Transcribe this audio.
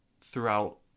throughout